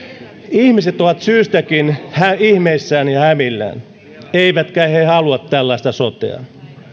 ihmiset ovat syystäkin ihmeissään ja hämillään eivätkä he halua tällaista sotea